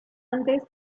antes